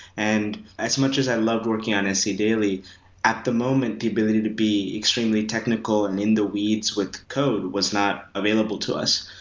and as much as i loved working on sedaily, at the moment, the ability to be extremely technical and in the weeds with code was not available to us.